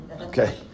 Okay